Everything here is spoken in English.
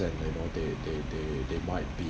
and you know they they they they might be